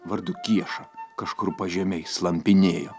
vardu kieša kažkur pažemėj slampinėjo